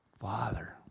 Father